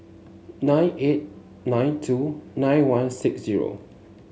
nine eight nine two nine one six zero